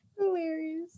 Hilarious